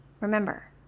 Remember